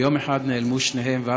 ביום אחד נעלמו שניהם,